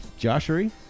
Joshery